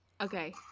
okay